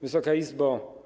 Wysoka Izbo!